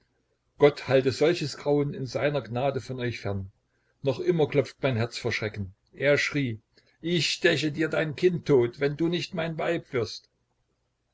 gott halte solches grauen in seiner gnade von euch fern noch immer klopft mein herz vor schrecken er schrie ich steche dir dein kind tot wenn du nicht mein weib wirst